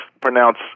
pronounce